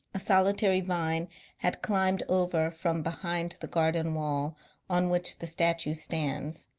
a solitary vine had climbed over from behind the garden wall on which the statue stands,